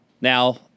Now